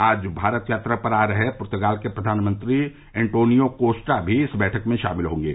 आज भारत यात्रा पर आ रहे पुतर्गाल के प्रधानमंत्री एन्टोनियो कोस्टा भी इस बैठक में शामिल होंगे